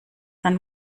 dann